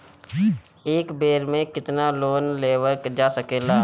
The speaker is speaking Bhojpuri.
एक बेर में केतना लोन लेवल जा सकेला?